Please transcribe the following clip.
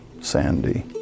Sandy